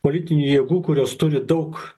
politinių jėgų kurios turi daug